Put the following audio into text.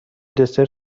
دسر